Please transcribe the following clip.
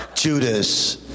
Judas